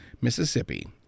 Mississippi